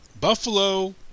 Buffalo